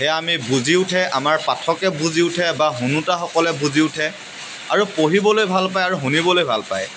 সেয়া আমি বুজি উঠে আমাৰ পাঠকে বুজি উঠে বা শুনোতাসকলে বুজি উঠে আৰু পঢ়িবলৈ ভাল পায় আৰু শুনিবলৈ ভাল পায়